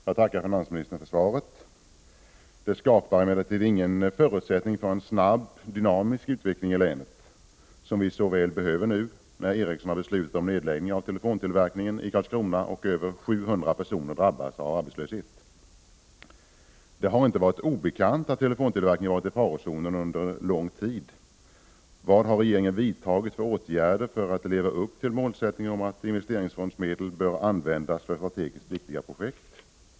Herr talman! Jag tackar finansministern för svaret. Det innebär emellertid ingen förutsättning för en snabb dynamisk utveckling i länet, som vi så väl behöver nu när Ericsson har beslutat om nedläggning av telefontillverkningen i Karlskrona och således mer än 700 personer drabbas av arbetslöshet. Det har inte varit obekant att telefontillverkningen varit i farozonen under en lång tid. Vilka åtgärder har regeringen vidtagit för att leva upp till målsättningen att investeringsfondsmedel bör användas för strategiskt viktiga projekt?